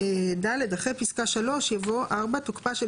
אחרי פסקה (3) יבוא - "(4) תוקפה של